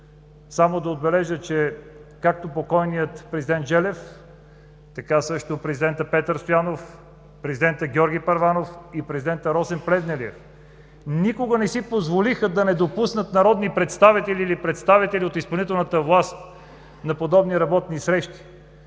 Само да отбележа, че както покойният президент Желев, също така и президентът Петър Стоянов, президентът Георги Първанов и президентът Росен Плевнелиев никога не си позволиха да не допуснат народни представители или представители от изпълнителната власт на подобни работни срещи.